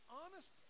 honest